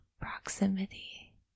proximity